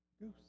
Goose